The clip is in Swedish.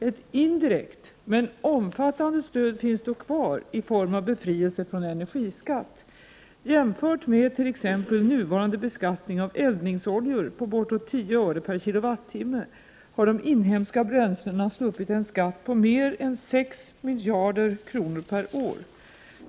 Ett indirekt men omfattande stöd finns dock kvar i form av befrielse från energiskatt. Jämfört med t.ex. nuvarande beskattning av eldningsoljor på bortåt 10 öre/k Wh, har de inhemska bränslena sluppit en skatt på mer än 6 miljarder kronor per år.